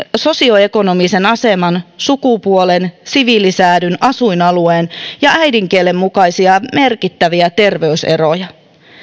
sosioekonomisen aseman sukupuolen siviilisäädyn asuinalueen ja äidinkielen mukaisia merkittäviä terveyseroja